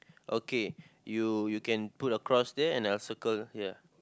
okay you you can put a cross there and a circle here